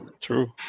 True